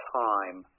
time